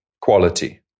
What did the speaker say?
quality